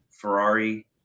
Ferrari